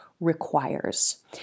requires